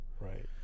Right